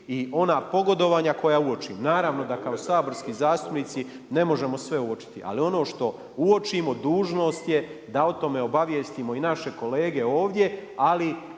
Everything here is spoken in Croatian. i ona pogodovanja koja uočim. Naravno da kao saborski zastupnici ne možemo sve uočiti, ali ono što uočimo dužnost je da o tome obavijestimo i naše kolege ovdje ali